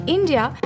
India